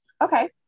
Okay